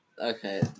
Okay